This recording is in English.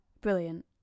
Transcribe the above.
brilliant